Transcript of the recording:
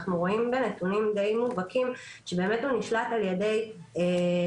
אנחנו רואים בנתונים די מובהקים שבאמת הוא נשלט על ידי שתי